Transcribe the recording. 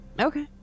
Okay